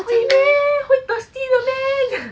会 meh 会 thirsty 的 meh